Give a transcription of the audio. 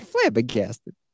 Flabbergasted